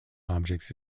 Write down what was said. objects